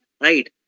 right